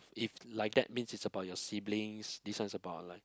if like that means it's about your siblings this one is about like